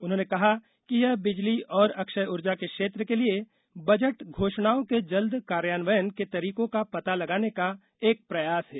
उन्होंने कहा कि यह बिजली और अक्षय ऊर्जा क्षेत्र के लिए बजट घोषणाओं के जल्द कार्यान्वयन के तरीकों का पता लगाने का एक प्रयास है